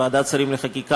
ועדת השרים לחקיקה,